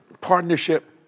partnership